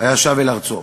היה שב אל ארצו.